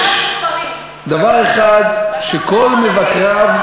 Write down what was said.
יש דבר אחד שכל מבקריו,